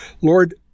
Lord